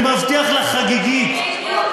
זה בדיוק,